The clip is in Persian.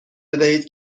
بدهید